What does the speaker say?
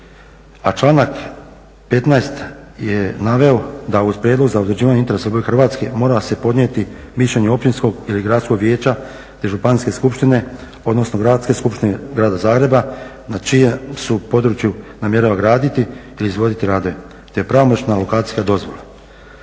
A članak 15. je naveo da uz prijedlog za određivanje interesa RH mora se podnijeti mišljenje općinskog ili gradskog vijeća te županijske skupštine, odnosno gradske skupštine grada Zagreba na čijem se području namjerava graditi ili izvoditi raditi te pravomoćna lokacija i dozvola.